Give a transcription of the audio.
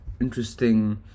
interesting